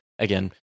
Again